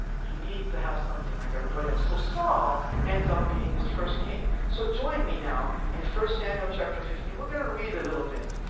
you need to have something like everybody else so saul ends up being this first king. so join me now, in first samuel chapter fifteen. we're going to read a little bit.